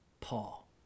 Paul